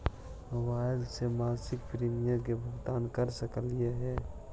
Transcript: Mobile से मासिक premium के भुगतान कर सकली हे?